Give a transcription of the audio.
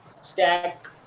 stack